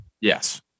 yes